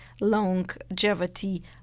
longevity